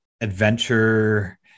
adventure